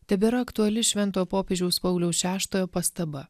tebėra aktuali šventojo popiežiaus pauliaus šeštojo pastaba